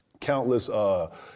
countless